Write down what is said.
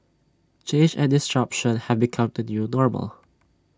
change and disruption have become the new normal